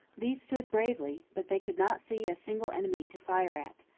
these stood bravely, but they could not see a single enemy to fire at.